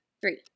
Three